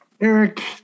Eric